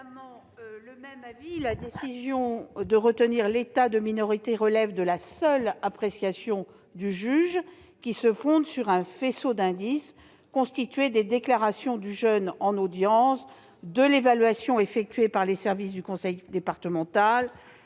amendement. La décision de retenir l'état de minorité relève de la seule appréciation du juge, qui se fonde sur un faisceau d'indices constitué des déclarations du jeune en audience, de l'évaluation réalisée par les services du conseil départemental,